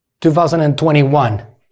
2021